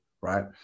right